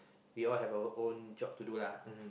we all have our own job to do lah